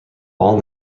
all